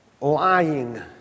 lying